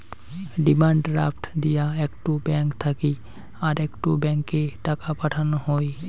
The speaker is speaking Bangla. ডিমান্ড ড্রাফট দিয়া একটো ব্যাঙ্ক থাকি আরেকটো ব্যাংকে টাকা পাঠান হই